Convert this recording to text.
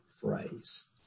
phrase